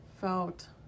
felt